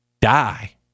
die